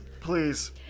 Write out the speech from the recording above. please